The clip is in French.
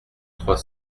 trois